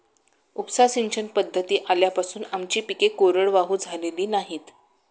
उपसा सिंचन पद्धती आल्यापासून आमची पिके कोरडवाहू झालेली नाहीत